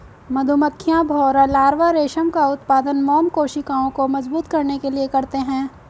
मधुमक्खियां, भौंरा लार्वा रेशम का उत्पादन मोम कोशिकाओं को मजबूत करने के लिए करते हैं